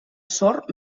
sord